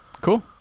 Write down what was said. cool